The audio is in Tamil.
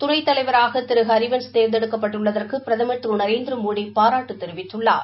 துணைத்தலைவராக திரு ரகுவன்ஸ் தேர்ந்தெடுக்கப்பட்டுள்ளதற்கு பிரதமர் திரு நரேந்திரமோடி பாராட்டு தெரிவித்துள்ளார்